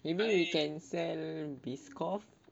maybe we can sell biscoff